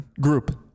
group